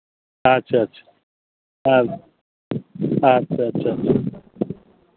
ᱟᱪᱪᱷᱟ ᱟᱪᱪᱷᱟ ᱟᱨ ᱟᱪᱪᱷᱟ ᱟᱪᱪᱷᱟ